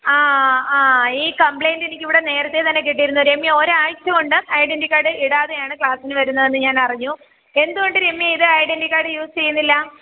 ആ ആ ഈ കംപ്ലെയിന്റ് എനിക്കിവിടെ നേരത്തെ തന്നെ കിട്ടിയിരുന്നു രമ്യ ഒരാഴ്ച്ച കൊണ്ട് ഐഡൻ്റി കാർഡ് ഇടാതെയാണ് ക്ലാസിന് വരുന്നതെന്ന് ഞാനറിഞ്ഞു എന്തുകൊണ്ട് രമ്യ ഇത് ഐഡൻ്റി കാർഡ് യൂസ് ചെയ്യുന്നില്ല